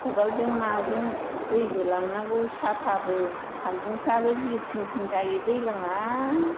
खदालजों माजों दैबो लांनांगौ साथाबो सान्दुंफ्राबो जि थिं थिं जायो दैज्लाङा